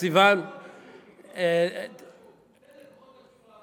צריך לחסל אותן, תן לכוחות השוק לעבוד.